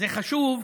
זה חשוב,